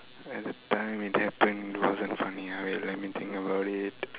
at the time it happened it wasn't funny wait let me think about it